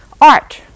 art